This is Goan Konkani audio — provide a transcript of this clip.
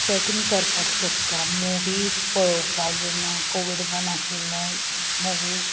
चॅटींग करपाक शकता मुवी पळोवपाक जेन्ना कोवीड बंद आशिल्लें मुवीज